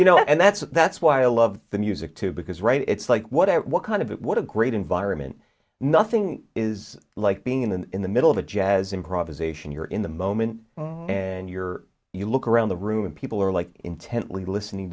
you know and that's that's why i love the music too because right it's like what it what kind of what a great environment nothing is like being in the in the middle of a jazz improvisation you're in the moment when you're you look around the room and people are like intently listening